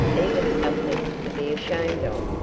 even something to be ashamed of.